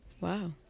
Wow